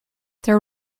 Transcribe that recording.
their